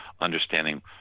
understanding